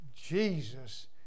Jesus